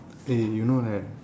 eh you know like that